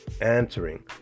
answering